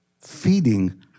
feeding